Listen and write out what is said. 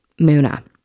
Muna